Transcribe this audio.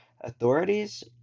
Authorities